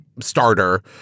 starter